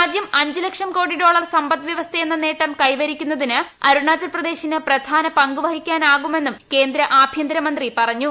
രാജ്യം അഞ്ചു ലക്ഷം കോടി ഡോളർ സമ്പദ്വ്യവസ്ഥയെന്ന കൈവരിക്കുന്നതിന് നേട്ടം അരുണാചൽപ്രദേശിന് പ്രധാന പങ്കുവഹിക്കാൻ ആകുമെന്നും കേന്ദ്രആഭ്യന്തരമന്ത്രി പറഞ്ഞു